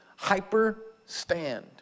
hyperstand